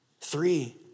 Three